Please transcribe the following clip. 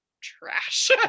trash